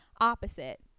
opposite